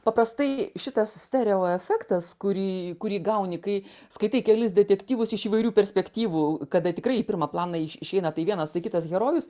paprastai šitas stereo efektas kurį kurį gauni kai skaitai kelis detektyvus iš įvairių perspektyvų kada tikrai į pirmą planą išeina tai vienas tai kitas herojus